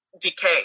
decay